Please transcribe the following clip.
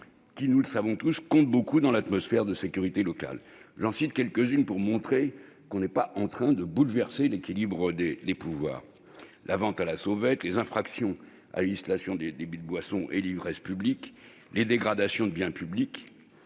qui- nous le savons tous -comptent beaucoup dans l'atmosphère de sécurité locale. J'en cite quelques-unes, pour montrer que l'on n'est pas non plus en train de bouleverser l'équilibre des pouvoirs : la vente à la sauvette, les infractions à la législation des débits de boissons et de l'ivresse publique, la dégradation de biens publics,